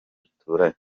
duturanye